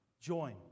Join